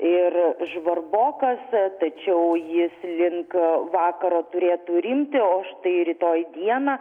ir žvarbokas tačiau jis link vakaro turėtų rimti o štai rytoj dieną